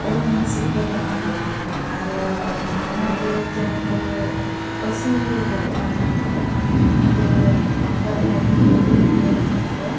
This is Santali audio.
ᱚᱨ ᱦᱚᱸ ᱥᱤᱫ ᱜᱚᱫᱚᱜᱼᱟ ᱟᱨ ᱚᱱᱟᱛᱮ ᱪᱮᱬᱮ ᱠᱚ ᱯᱟᱹᱥᱤ ᱜᱚᱫᱚᱜᱼᱟ ᱦᱟᱜ ᱠᱚ ᱤᱧ ᱫᱚ ᱚᱱᱠᱟ ᱫᱷᱟᱨᱟ ᱜᱤᱧ ᱧᱮᱞ ᱟᱠᱟᱫ ᱠᱚᱣᱟ